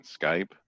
Skype